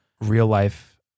real-life